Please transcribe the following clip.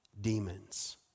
demons